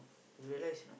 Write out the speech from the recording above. you realise or not